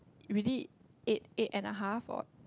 really eight eight and a half or